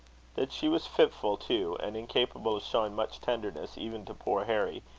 that she was fitful, too, and incapable of showing much tenderness even to poor harry,